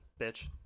bitch